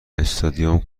استادیوم